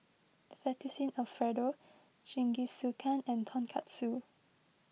Fettuccine Alfredo Jingisukan and Tonkatsu